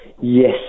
Yes